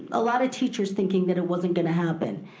a lot of teachers thinking that it wasn't gonna happen.